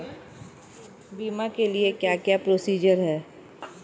बीमा के लिए क्या क्या प्रोसीजर है?